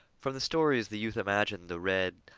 from the stories, the youth imagined the red,